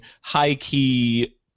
high-key